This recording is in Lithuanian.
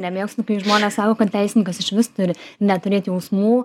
nemėgstu kai žmonės sako kad teisininkas išvis turi neturėt jausmų